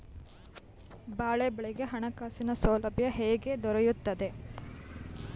ಬಾಳೆ ಬೆಳೆಗೆ ಹಣಕಾಸಿನ ಸೌಲಭ್ಯ ಹೇಗೆ ದೊರೆಯುತ್ತದೆ?